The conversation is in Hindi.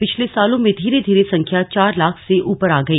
पिछले सालों में धीरे धीरे संख्या चार लाख से ऊपर आ गई